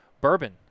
bourbon